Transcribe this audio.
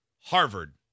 Harvard